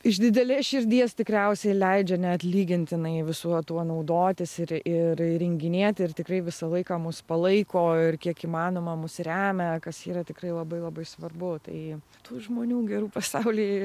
iš didelės širdies tikriausiai leidžia neatlygintinai visuo tuo naudotis ir ir įrenginėti ir tikrai visą laiką mus palaiko ir kiek įmanoma mus remia kas yra tikrai labai labai svarbu tai tų žmonių gerų pasaulyje